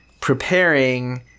preparing